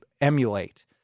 emulate